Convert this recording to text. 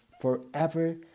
forever